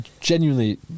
Genuinely